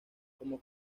como